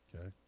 Okay